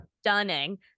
stunning